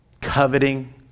coveting